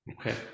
Okay